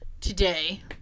today